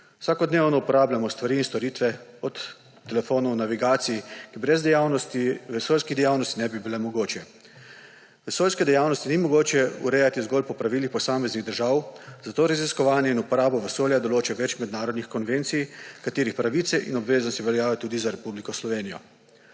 Vsakodnevno uporabljamo stvari in storitve; od telefonov, navigacij, ki brez vesoljskih dejavnosti ne bi bile mogoče. Vesoljske dejavnosti ni mogoče urejati zgolj po pravilih posameznih držav, zato raziskovanje in uporabo vesolja določa več mednarodnih konvencij, katerih pravice in obveznosti veljajo tudi za Republiko Slovenijo.